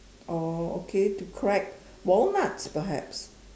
oh okay to crack walnuts perhaps